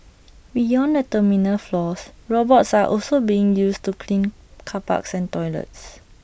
beyond the terminal floors robots are also being used to clean car parks and toilets